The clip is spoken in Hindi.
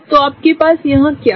तो आपके पास यहाँ क्या है